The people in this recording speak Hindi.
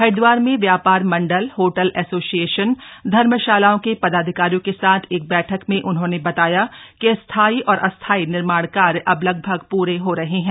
हरिदवार में व्यापार मण्डल होटल एसोसिएशन धर्मशालाओं के पदाधिकारियों के साथ एक बैठक में उन्होंने बताया कि स्थायी और अस्थायी निर्माण कार्य अब लगभग पूरे हो रहे हैं